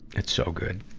it's so good.